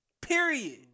Period